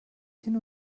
hin